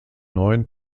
neuen